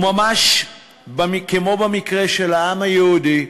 וממש כמו במקרה של העם היהודי,